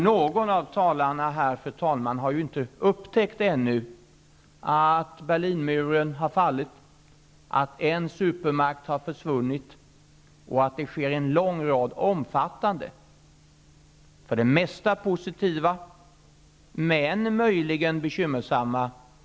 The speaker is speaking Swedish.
Någon av talarna här har ännu inte upptäckt att Berlinmuren har fallit, att en supermakt har försvunnit och att det sker en lång rad omfattande förändringar i vårt närområde, för det mesta positiva men också möjligen bekymmersamma.